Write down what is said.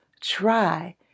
try